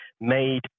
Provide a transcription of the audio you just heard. made